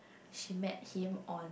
she met him on